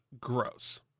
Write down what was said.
gross